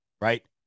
right